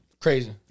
Crazy